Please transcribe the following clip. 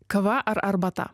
kava ar arbata